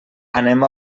anem